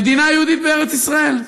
מדינה יהודית בארץ-ישראל.